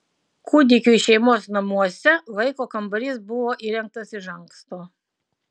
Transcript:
kūdikiui šeimos namuose vaiko kambarys buvo įrengtas iš anksto